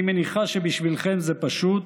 אני מניחה שבשבילכם זה פשוט